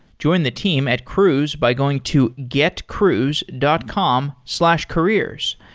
join the team at cruise by going to getcruise dot com slash careers.